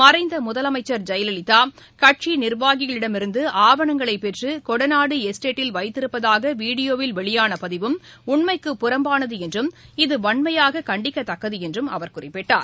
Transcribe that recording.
மறைந்த முதலமைச்ச் ஜெயலவிதா கட்சி நிர்வாகிகளிடமிருந்து ஆவணங்களைப் பெற்று கொடநாடு எஸ்டேட்டில் வைத்திருப்பதாக வீடியோவில் வெளியான பதிவும் உண்மைக்கு புறம்பானது என்றும் இது வன்மையாக கண்டிக்கத்தக்கது என்றும் அவர் குறிப்பிட்டார்